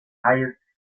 hayes